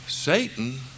Satan